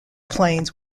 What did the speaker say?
planes